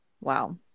Wow